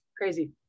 crazy